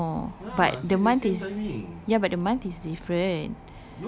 I know but the month is ya but the month is different